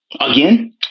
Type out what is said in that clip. Again